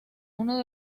uno